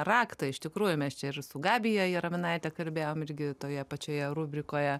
raktą iš tikrųjų mes čia ir su gabija jaraminaite kalbėjom irgi toje pačioje rubrikoje